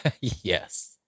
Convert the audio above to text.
Yes